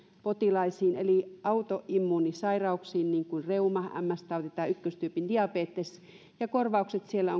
potilaisiin eli autoimmuunisairauksiin niin kuin reuma ms tauti tai ykköstyypin diabetes korvaukset siellä